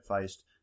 faced